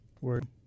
Word